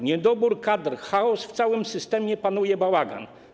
Niedobór kadr, chaos, w całym systemie panuje bałagan.